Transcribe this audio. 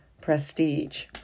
prestige